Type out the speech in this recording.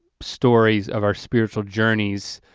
stories of our spiritual journeys,